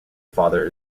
father